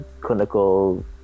clinical